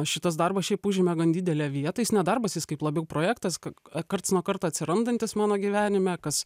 šitas darbas šiaip užėmė gan didelę vietą jis nedarbas jis kaip labiau projektas ka karts nuo karto atsirandantis mano gyvenime kas